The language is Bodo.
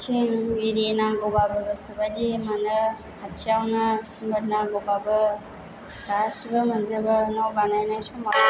थिं इरि नांगौबाबो गोसो बाइदि मोनो खाथियावनो सिमोट नांगौबाबो गासिबो मोनजोबो न' बानायनाय समाव